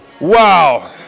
wow